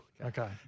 okay